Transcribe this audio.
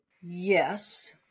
Yes